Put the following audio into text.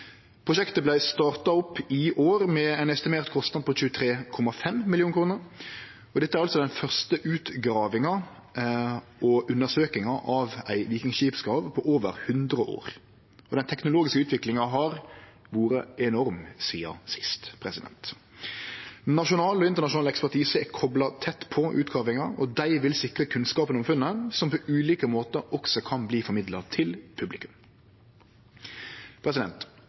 Prosjektet vart starta opp i år med ein estimert kostnad på 23,5 mill. kr. Dette er altså den første utgravinga og undersøkinga av ei vikingskipsgrav på over 100 år, og den teknologiske utviklinga har vore enorm sidan sist. Nasjonal og internasjonal ekspertise er kopla tett på utgravinga, og dei vil sikre kunnskapen om funnet, som på ulike måtar også kan verte formidla til